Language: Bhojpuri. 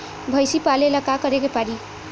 भइसी पालेला का करे के पारी?